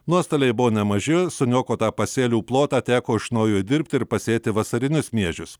nuostoliai buvo nemaži suniokotą pasėlių plotą teko iš naujo dirbti ir pasėti vasarinius miežius